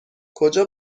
کجا